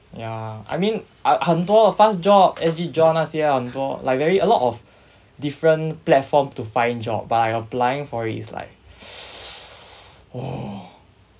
ya I mean 很多 fast jobs S_G jobs 那些 ah 很多 like very a lot of different platform to find job but like I applying for it is like !whoa!